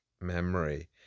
memory